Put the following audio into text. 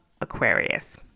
Aquarius